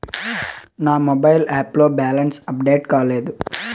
నా mobile app లో balance update కాలేదు